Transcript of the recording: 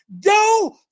Go